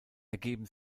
ergeben